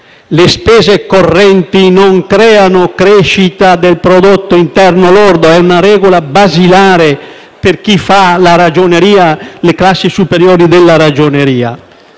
Le spese correnti non creano crescita del prodotto interno lordo: è una regola basilare per chi studia ragioneria alle superiori. Voi